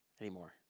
anymore